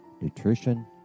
nutrition